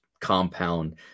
compound